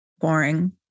boring